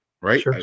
right